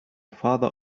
father